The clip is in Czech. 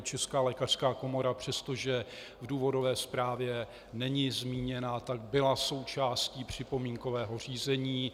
Česká lékařská komora, přestože v důvodové zprávě není zmíněna, byla součástí připomínkového řízení.